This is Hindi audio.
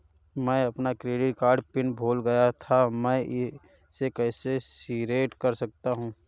मैं अपना क्रेडिट कार्ड पिन भूल गया था मैं इसे कैसे रीसेट कर सकता हूँ?